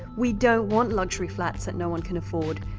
we don't want luxury flats that no one can afford.